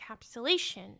encapsulation